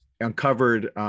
uncovered